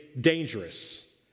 dangerous